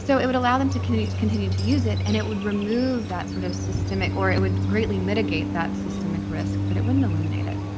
so it would allow them to continue to continue to use it and it would remove that sort of systemic or it would greatly mitigate that systemic risk, but it wouldn't eliminate it